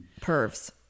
pervs